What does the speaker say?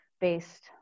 based